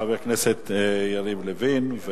תודה לחבר הכנסת יריב לוין.